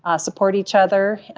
ah support each other. and